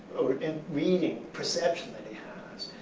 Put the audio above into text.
in reading perception that he has,